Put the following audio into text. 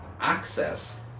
access